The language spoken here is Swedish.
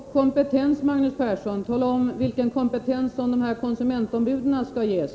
Herr talman! Apropå kompetensen, Magnus Persson: Tala om vilken kompetens konsumentombuden skall ges!